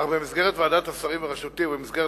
אך במסגרת ועדת השרים בראשותי ובמסגרת